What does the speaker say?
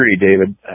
David